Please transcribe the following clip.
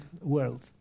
world